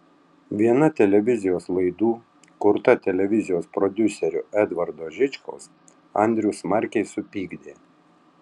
viena televizijos laidų kurta televizijos prodiuserio edvardo žičkaus andrių smarkiai supykdė